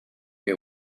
que